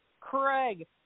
Craig